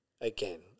Again